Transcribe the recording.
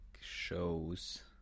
shows